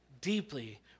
deeply